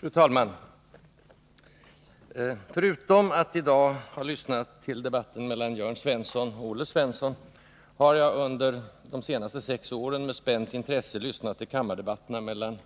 Fru talman! Förutom att i dag ha lyssnat till debatten mellan Jörn Svensson och Olle Svensson har jag under de senaste sex åren med spänt intresse lyssnat till kammardebatterna mellan